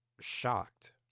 shocked